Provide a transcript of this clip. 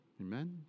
Amen